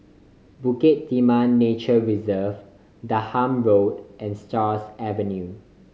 Bukit Timah Nature Reserve Denham Road and Stars Avenue